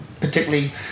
particularly